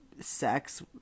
sex